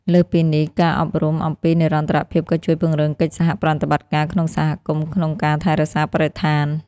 លើសពីនេះ ការអប់រំអំពីនិរន្តរភាពក៏ជួយពង្រឹងកិច្ចសហប្រតិបត្តិការក្នុងសហគមន៍ក្នុងការថែរក្សាបរិស្ថាន។